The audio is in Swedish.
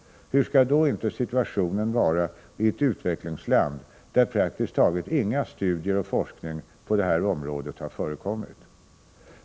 Hur skall då inte situationen vara i ett utvecklingsland, där praktiskt taget inga studier och ingen forskning på detta område har förekommit?